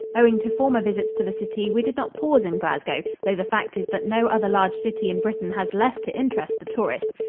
owing to former visits to the city, we did not pause in glasgow, though the fact is that no other large city in britain has less to interest the tourist.